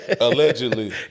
Allegedly